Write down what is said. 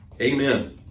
Amen